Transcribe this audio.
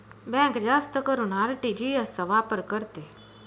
bank जास्त करून RTGS चा वापर करते